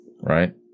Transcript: right